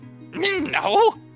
No